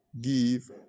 Give